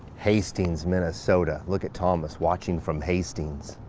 hastings, minnesota. look at thomas watching from hastings.